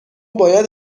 باید